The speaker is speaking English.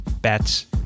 bats